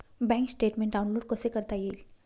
Bank statement download कसे करता येईल?